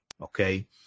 Okay